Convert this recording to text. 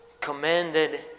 commanded